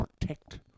protect